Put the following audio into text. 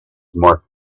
more